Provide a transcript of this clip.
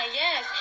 yes